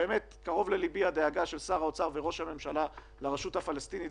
קרובה לליבי הדאגה של שר האוצר וראש הממשלה לרשות הפלסטינית,